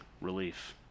relief